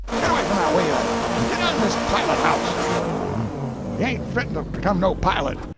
get away from that wheel! and get outen this pilot-house! yelled brown. you ain't fitten to become no pilot!